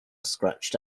scratched